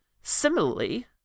Similarly